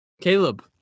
Caleb